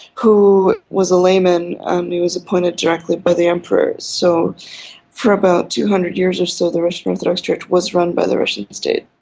who was a layman um he was appointed directly by the emperor. so for about two hundred years or so the russian orthodox church was run by the russian state.